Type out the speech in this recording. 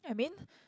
I mean